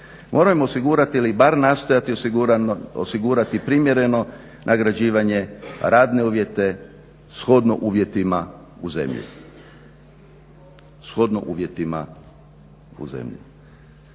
moramo osigurati ili bar nastojati osigurati primjereno nagrađivanje, radne uvjete shodno uvjetima u zemlji,